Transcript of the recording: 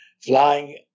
flying